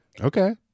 Okay